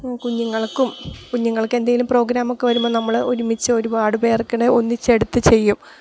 കുഞ്ഞുങ്ങൾക്കും കുഞ്ഞുങ്ങൾക്കെന്തേലും പ്രോഗ്രാമൊക്കെ വരുമ്പോള് നമ്മള് ഒരുമിച്ച് ഒരുപാട് പേർക്കടെ ഒന്നിച്ചെടുത്തു ചെയ്യും